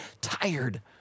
tired